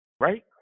Right